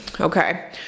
Okay